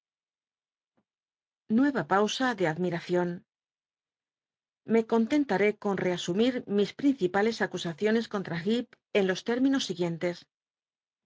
a pausa de admiracion fe contentaré con reasumir mis pl'incipnlcs acusaciones contra i en los términos siguientes